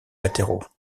latéraux